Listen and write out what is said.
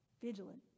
vigilant